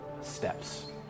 steps